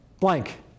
blank